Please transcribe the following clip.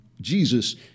Jesus